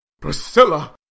Priscilla